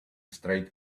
straight